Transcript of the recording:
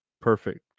perfect